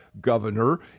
governor